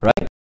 Right